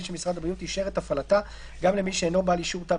של משרד הבריאות אישר את הפעלתה גם למי שאינו בעל אישור "תו